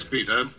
Peter